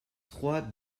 trois